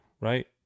right